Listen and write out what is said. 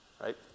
right